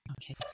Okay